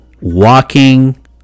walking